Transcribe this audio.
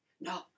No